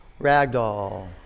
ragdoll